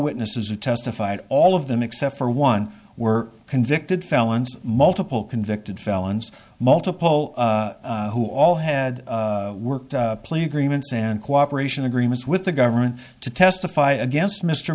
witnesses who testified all of them except for one were convicted felons multiple convicted felons multiple who all had worked plea agreements and cooperation agreements with the government to testify against mr